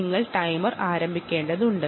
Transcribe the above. നിങ്ങൾ ടൈമർ തുടങ്ങേണ്ടതുണ്ട്